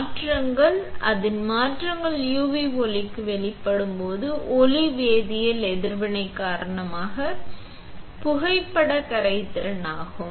மாற்றங்கள் அதன் மாற்றங்கள் UV ஒளிக்கு வெளிப்படும் ஒளி வேதியியல் எதிர்வினை காரணமாக புகைப்பட கரைதிறன் ஆகும்